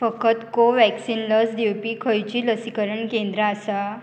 फकत कोव्हॅक्सिन लस दिवपी खंयचीं लसीकरण केंद्र आसा